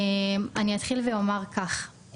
אני אתחיל ואומר כך,